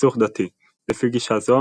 סכסוך דתי – לפי גישה זו,